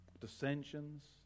Dissensions